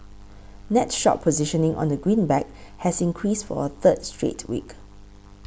net short positioning on the greenback has increased for a third straight week